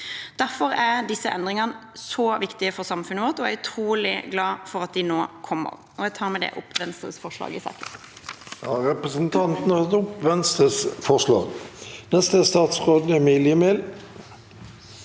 Derfor er disse endringene så viktige for samfunnet vårt, og jeg er utrolig glad for at de nå kommer. Jeg tar med det opp Venstres forslag i saken.